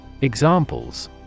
Examples